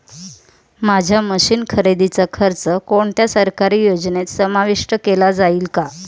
माझ्या मशीन्स खरेदीचा खर्च कोणत्या सरकारी योजनेत समाविष्ट केला जाईल का?